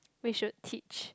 we should teach